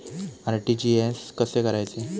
RTGS कसे करायचे?